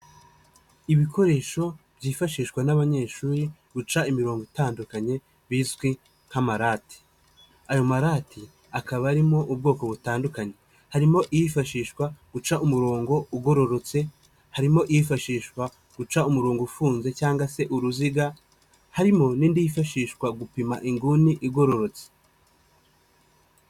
Ibikoresho byifashishwa n'abanyeshuri guca imirongo itandukanye bizwi nk'amarate, ayo marate akaba arimo ubwoko butandukanye, harimo iyifashishwa guca umurongo ugororotse, harimo iyifashishwa guca umurongo ufunze cyangwa se uruziga, harimo n'indi yifashishwa gupima inguni igororotse.